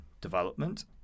development